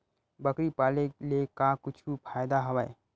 बकरी पाले ले का कुछु फ़ायदा हवय?